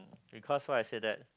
because why I say that